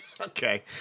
Okay